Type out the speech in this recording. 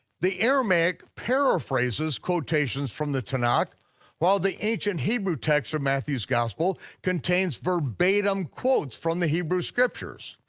the aramaic paraphrases quotations from the tanakh while the ancient hebrew texts of matthew's gospel contains verbatim quotes from the hebrew scriptures.